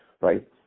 right